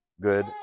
good